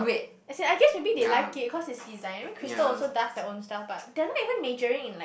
yes I guess to be they like it because it designed Chrystal also does her own self but they not only majoring in like